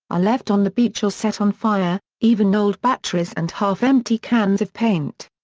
are left on the beach or set on fire, even old batteries and half-empty cans of paint.